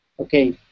okay